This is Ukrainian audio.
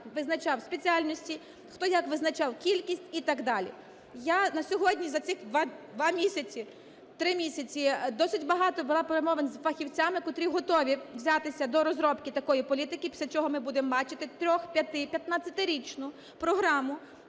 визначав спеціальності, хто як визначав кількість і так далі. Я на сьогодні за цих два місяці… три місяці досить багато вела перемовин з фахівцями, котрі готові взятися до розробки такої політики, після чого ми будемо бачити трьох-, п'яти-, п'ятнадцятирічну програму,